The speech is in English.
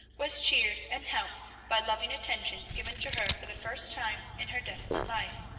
was cheered and helped by loving attentions given to her for the first time in her desolate life.